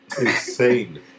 Insane